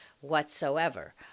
whatsoever